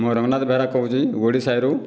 ମୁଇଁ ରଙ୍ଗନାଥ ବେହେରା କହୁଛି ଗୋଡ଼ି ସାହିରୁ